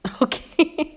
okay